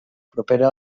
propera